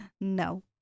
No